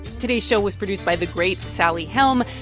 today's show was produced by the great sally helm.